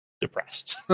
depressed